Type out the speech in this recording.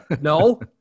no